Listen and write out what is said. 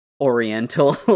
Oriental